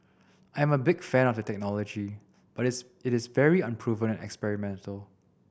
I am a big fan of the technology but is it is very unproven and experimental